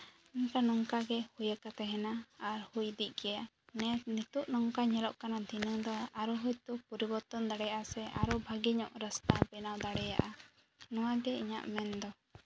ᱱᱚᱝᱠᱟ ᱱᱚᱝᱠᱟᱜᱮ ᱦᱩᱭ ᱟᱠᱟ ᱛᱟᱦᱮᱱᱟ ᱟᱨ ᱦᱩᱭ ᱤᱫᱤᱜ ᱜᱮᱭᱟ ᱱᱮᱥ ᱱᱤᱛᱚᱜ ᱱᱚᱝᱠᱟ ᱧᱮᱞᱚᱜ ᱠᱟᱱᱟ ᱫᱷᱤᱱᱟᱹᱱ ᱫᱚ ᱟᱨᱚ ᱦᱚᱭᱛᱳ ᱯᱚᱨᱤᱵᱚᱨᱛᱚᱱ ᱫᱟᱲᱮᱭᱟᱜᱼᱟ ᱥᱮ ᱟᱨᱚ ᱵᱷᱟᱜᱮ ᱧᱚᱜ ᱨᱟᱥᱛᱟ ᱵᱮᱱᱟᱣ ᱫᱟᱲᱮᱭᱟᱜᱼᱟ ᱱᱚᱣᱟᱜᱮ ᱤᱧᱟᱹᱜ ᱢᱮᱱ ᱫᱚ